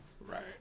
Right